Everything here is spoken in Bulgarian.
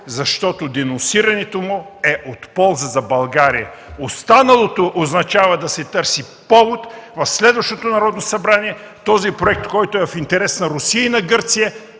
защото денонсирането му е от полза за България. Останалото означава да се търси повод в следващото Народно събрание този проект, който е в интерес на Русия и Гърция,